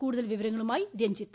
കൂടുതൽ വിവരങ്ങളുമായി രഞ്ജിത്ത്